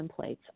templates